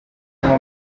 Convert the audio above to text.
anywa